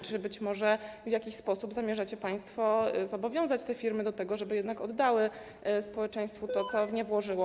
Czy w jakiś sposób zamierzacie państwo zobowiązać te firmy do tego, żeby jednak oddały społeczeństwu to, co w nie włożyło?